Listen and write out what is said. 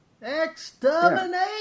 Exterminate